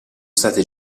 state